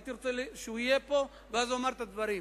הייתי רוצה שהוא יהיה פה, ואז אומר את הדברים.